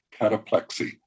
cataplexy